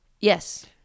Yes